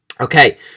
Okay